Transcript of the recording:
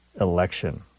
election